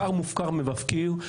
שר מופקר ומפקיר,